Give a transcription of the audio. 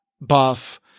buff